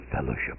fellowship